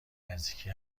نزدیکی